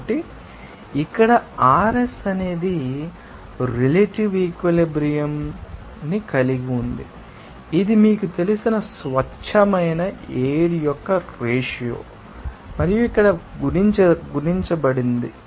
కాబట్టి ఇక్కడ RS అనేది రిలేటివ్ ఈక్విలిబ్రియం ిని కలిగి ఉంది ఇది మీకు తెలిసిన స్వచ్ఛమైన ఎయిర్ యొక్క రేషియో ని మరియు ఇక్కడ గుణించబడింద